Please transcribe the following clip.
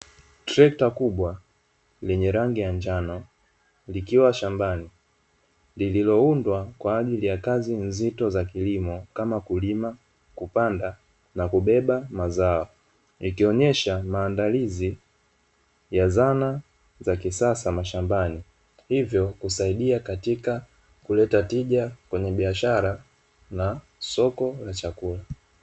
Trekta kubwa lenye rangi ya njano likiwa shambani liloundwa kwa ajili ya kazi nzito za kilimo kama kulima, kupanda na kubeba mazao. Likionyesha maandilizi ya zana za kisasa mashambani, hivyo husaidia katika kuleta tija kwenye biashara na soko la chakula.